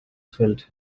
felt